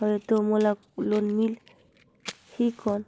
हवे तो मोला लोन मिल ही कौन??